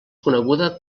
coneguda